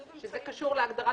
זה קשור כבר להגדרת